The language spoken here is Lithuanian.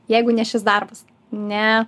jeigu ne šis darbas ne